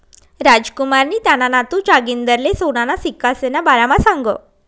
रामकुमारनी त्याना नातू जागिंदरले सोनाना सिक्कासना बारामा सांगं